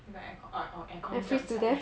then got aircon a~ orh aircon drop 下来